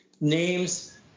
names